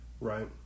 right